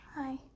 Hi